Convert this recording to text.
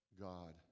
God